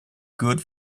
good